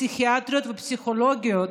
פסיכיאטריות ופסיכולוגיות,